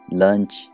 lunch